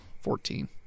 Fourteen